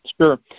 Sure